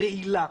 רעילה,